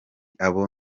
abo